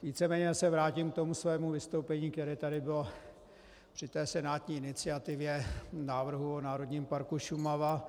Víceméně se vrátím ke svému vystoupení, které tady bylo při senátní iniciativě v návrhu o Národním parku Šumava.